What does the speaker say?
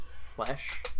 flesh